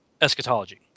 eschatology